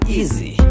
easy